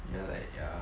ya like ya